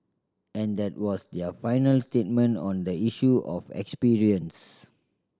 and that was their final statement on the issue of experience